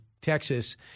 Texas